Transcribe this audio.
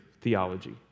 theology